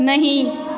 नही